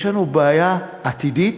יש לנו בעיה עתידית